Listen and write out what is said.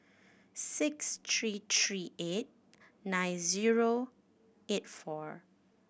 six three three eight nine zero eight four